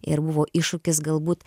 ir buvo iššūkis galbūt